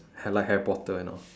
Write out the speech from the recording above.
like harry potter and all